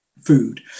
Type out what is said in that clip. food